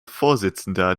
vorsitzender